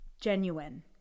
genuine